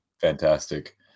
Fantastic